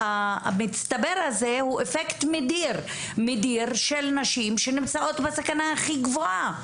שה"מצטבר" הזה הוא אפקט מדיר של נשים שנמצאות בסכנה הכי גדולה.